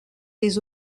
des